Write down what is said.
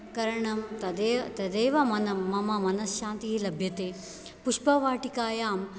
करणं तदे तदेव मनं मम मनः शान्तिः लभ्यते पुष्पवाटिकायां